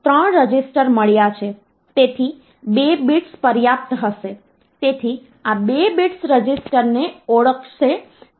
તમારે તે પોઇન્ટએ રોકવું પડશે અને તે ગમે તે હોય તમારે તે રીપ્રેસનટેશન તરીકે લેવું પડશે